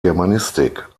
germanistik